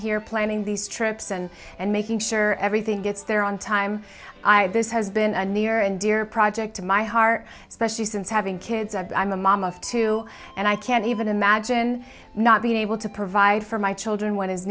here planning these trips and and making sure everything gets there on time i had this has been a near and dear project to my heart especially since having kids i'm a mom of two and i can't even imagine not being able to provide for my children what is